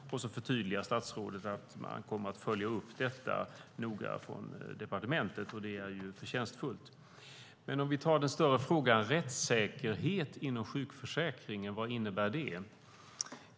Statsrådet förtydligar att man kommer att följa upp detta noga från departementet. Det är förtjänstfullt. Men vi kan ta den större frågan. Rättssäkerhet inom sjukförsäkringen - vad innebär det?